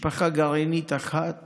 משפחה גרעינית אחת